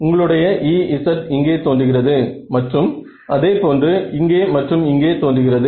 உங்களுடைய Ez இங்கே தோன்றுகிறது மற்றும் அதை போன்று இங்கே மற்றும் இங்கே தோன்றுகிறது